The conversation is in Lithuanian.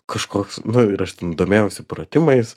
kažkoks nu ir aš ten domėjausi pratimais